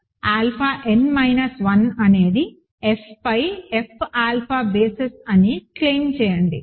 alpha n minus 1 అనేది F పై F alpha basis అని క్లెయిమ్ చేయండి